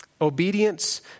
Obedience